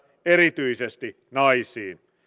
erityisesti naisiin